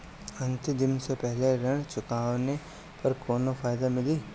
अंतिम दिन से पहले ऋण चुकाने पर कौनो फायदा मिली?